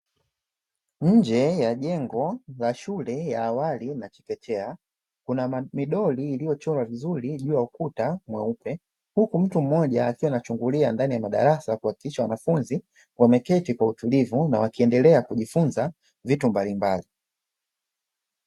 Nje ya jengo la shule ya awali na chekechea kuna midoli iliyochorwa vizuri juu ya ukuta mweupe, huku mtu mmoja akiwa anachungulia ndani ya madarasa kuhakikisha wanafunzi wameketi kwa utulivu wakiendelea kujifunza vitu mbalimbali.